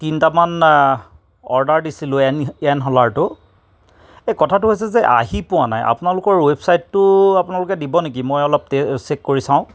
তিনিটামান অৰ্ডাৰ দিছিলো এন ইনহেলাৰটো এ কথাটো হৈছে যে আহি পোৱা নাই আপোনালোকৰ ৱেবছাইটটো আপোনালোকে দিব নেকি মই অলপ টে চেক কৰি চাও